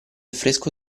fresco